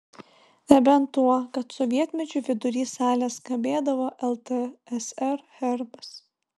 nebent tuo kad sovietmečiu vidury salės kabėdavo ltsr herbas